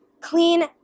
clean